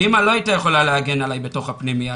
אימא לא היתה יכולה להגן עלי בתוך הפנימייה,